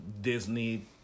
Disney